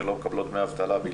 שלא מקבלות דמי אבטלה.